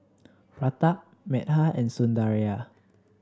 Pratap Medha and Sundaraiah